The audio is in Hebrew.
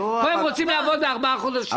פה הם רוצים לעבוד ארבעה חודשים.